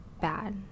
bad